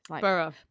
Borough